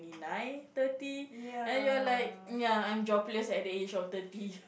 nine thirty and you're like ya I'm jobless at the age of thirty